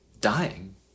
dying